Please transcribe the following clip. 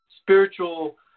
spiritual